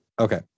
Okay